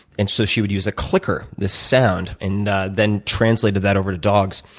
and so she would use a clicker, this sound, and then translated that over to dogs.